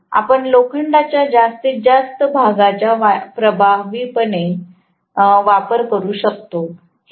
परंतु आपण लोखंडाच्या जास्तीत जास्त भागाचा प्रभावीपणे वापर करू शकतो